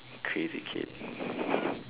crazy kid